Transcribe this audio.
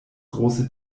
große